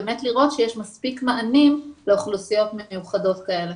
לראות שיש מספיק מענים לאוכלוסיות מיוחדות כאלה.